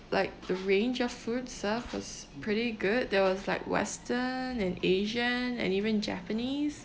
like the range of food served was pretty good there was like western and asian and even japanese